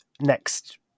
next